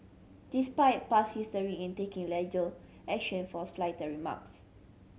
despite past history in taking action for slighter remarks